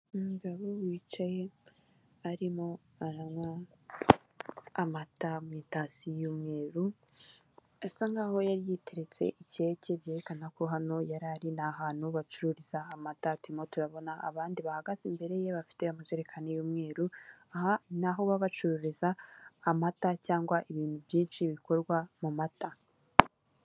Umugabo wicaye arimo arankwa amata mu itasi y'umweru. Asa nkaho yari yiteretse keke byerekana ko hano yarari ni ahantu bacururiza amata. Turimo turabona abandi bahagaze imbere ye bafite amajerekani y'umweru. Aha naho baba bacururiza amata cyangwa ibintu byinshi bikorwa mu mata.